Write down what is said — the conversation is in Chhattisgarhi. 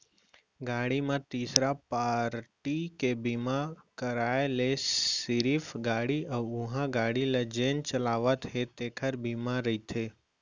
गाड़ी म तीसरा पारटी के बीमा कराय ले सिरिफ गाड़ी अउ उहीं गाड़ी ल जेन चलावत हे तेखर बीमा रहिथे